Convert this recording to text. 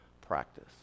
practice